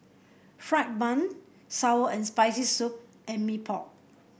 fried bun sour and Spicy Soup and Mee Pok